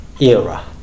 era